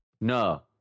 No